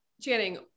channing